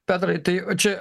petrai tai o čia